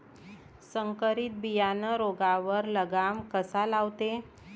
संकरीत बियानं रोगावर लगाम कसा लावते?